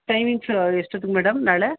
timings ಎಷ್ಟೊತ್ತಿಗೆ madam ನಾಳೆ